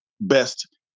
best